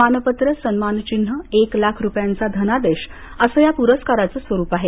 मानपत्र सन्मान चिन्ह एक लाख रूपयांचा धनादेश असं या प्रस्काराचं स्वरूप आहे